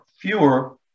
fewer